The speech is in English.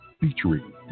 Featuring